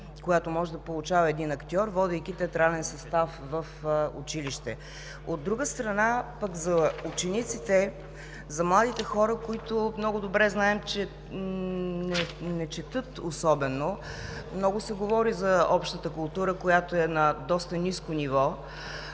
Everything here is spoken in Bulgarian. която може да получава един актьор, водейки театрален състав в училище. От друга страна, за учениците, за младите хора, които много добре знаем, че не четат особено – много се говори за общата култура, която е на доста ниско ниво,